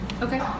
Okay